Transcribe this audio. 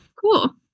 cool